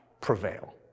prevail